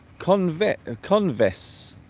convict a converse